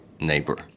neighbor